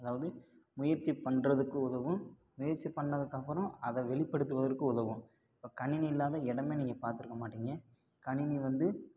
அதாவது முயற்சி பண்ணுறதுக்கு உதவும் முயற்சி பண்ணதுக்கப்புறம் அதை வெளிப்படுத்துவதற்கு உதவும் இப்போ கணினி இல்லாத இடமே நீங்கள் பார்த்துருக்க மாட்டீங்க கணினி வந்து